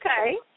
okay